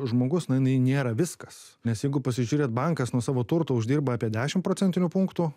žmogus na jinai nėra viskas nes jeigu pasižiūrėt bankas nuo savo turto uždirba apie dešim procentinių punktų